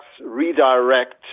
redirect